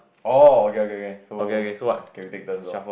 oh okay okay okay so okay we take turns lor